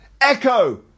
echo